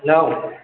hello